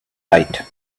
night